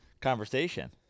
conversation